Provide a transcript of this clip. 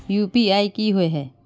UPI की होय है?